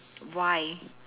why